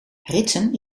ritsen